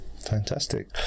Fantastic